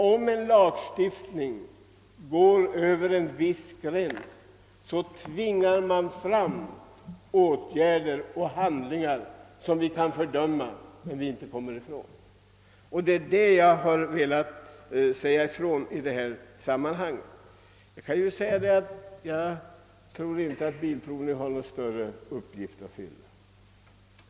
Om lagstiftningen går utöver en viss gräns, framtvingar det handlingar som man kan fördöma men som vi inte kan komma ifrån. Jag tror inte att bilprovningen har någon större uppgift att fylla.